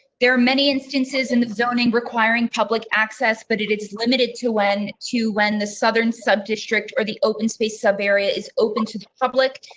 there are many instances in the zoning requiring public access. but it is limited to when to when the southern sub district, or the open space sub area is open to the public,